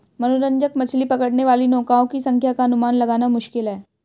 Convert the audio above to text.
मनोरंजक मछली पकड़ने वाली नौकाओं की संख्या का अनुमान लगाना मुश्किल है